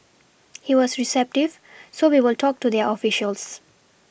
he was receptive so we will talk to their officials